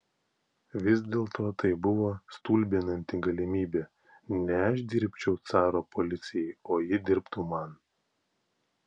vis dėlto tai buvo stulbinanti galimybė ne aš dirbčiau caro policijai o ji dirbtų man